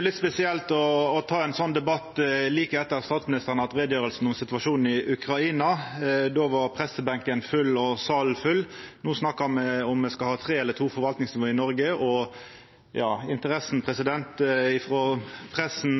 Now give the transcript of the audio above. litt spesielt å ta ein sånn debatt like etter at statsministeren har hatt utgreiing om situasjonen i Ukraina. Då var pressebenken og salen full. No snakkar me om me skal ha tre eller to forvaltingsnivå i Noreg, og interessa frå pressen,